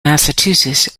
massachusetts